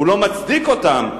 הוא לא מצדיק אותם,